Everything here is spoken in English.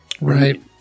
Right